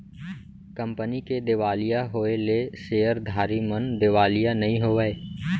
company के देवालिया होएले सेयरधारी मन देवालिया नइ होवय